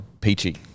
Peachy